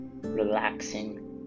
relaxing